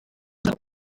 that